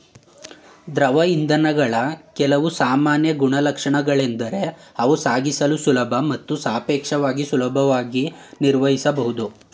ದ್ರವ ಇಂಧನಗಳ ಕೆಲವು ಸಾಮಾನ್ಯ ಗುಣಲಕ್ಷಣಗಳೆಂದರೆ ಅವು ಸಾಗಿಸಲು ಸುಲಭ ಮತ್ತು ಸಾಪೇಕ್ಷವಾಗಿ ಸುಲಭವಾಗಿ ನಿರ್ವಹಿಸಬಹುದು